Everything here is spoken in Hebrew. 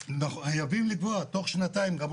חייבים לקבוע תוך שנתיים כל